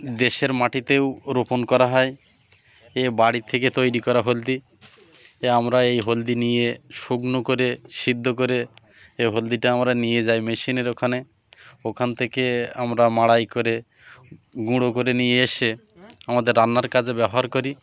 দেশের মাটিতেও রোপণ করা হয় এ বাড়ি থেকে তৈরি করা হলদি এ আমরা এই হলদি নিয়ে শুকনো করে সিদ্ধ করে এই হলদিটা আমরা নিয়ে যাই মেশিনের ওখানে ওখান থেকে আমরা মাড়াই করে গুঁড়ো করে নিয়ে এসে আমাদের রান্নার কাজে ব্যবহার করি